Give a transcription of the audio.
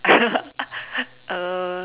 uh